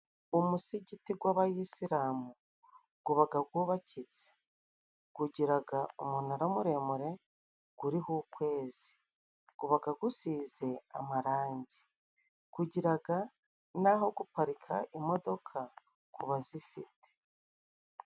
Umusigiti gw'abayisilamu gubaga gubakitse. Gugiraga umunara muremure guriho ukwezi guba gusize amarangi. Gugiraga n'aho guparika imodoka kubazifite.